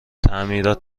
تعمیرات